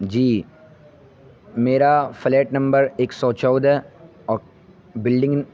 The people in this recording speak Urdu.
جی میرا فلیٹ نمبر ایک سو چودہ اور بلڈنگ